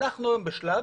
אנחנו היום בשלב